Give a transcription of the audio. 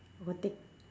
what